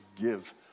give